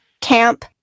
camp